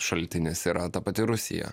šaltinis yra ta pati rusija